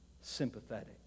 sympathetic